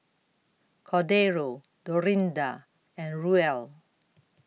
Cordero Dorinda and Ruel